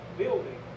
building